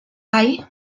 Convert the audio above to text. bai